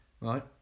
right